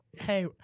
Hey